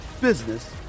business